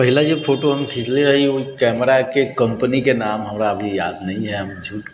पहिला जे फोटो हम खिचले रही उ कैमराके कम्पनीके नाम हमरा अभी याद नहि यऽ हम झूठ